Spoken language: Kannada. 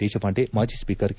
ದೇಶಪಾಂಡೆ ಮಾಜಿ ಸ್ಪೀಕರ್ ಕೆ